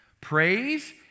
Praise